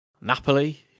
Napoli